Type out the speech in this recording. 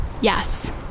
yes